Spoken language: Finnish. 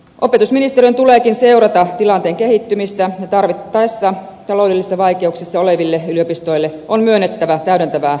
opetusministeriön tuleekin seurata tilanteen kehittymistä ja tarvittaessa taloudellisissa vaikeuksissa oleville yliopistoille on myönnettävä täydentävää rahoitusta